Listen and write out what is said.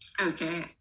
Okay